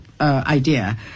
idea